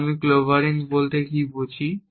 তো আমি ক্লোবারিং বলতে কি বুঝি